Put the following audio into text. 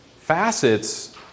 facets